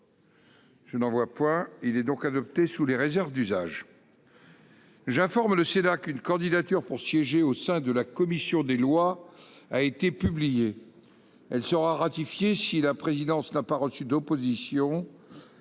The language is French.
Le procès-verbal est adopté sous les réserves d'usage. J'informe le Sénat qu'une candidature pour siéger au sein de la commission des lois a été publiée. Cette candidature sera ratifiée si la présidence n'a pas reçu d'opposition